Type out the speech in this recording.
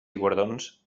guardons